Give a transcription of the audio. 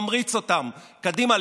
ממריץ אותם: קדימה,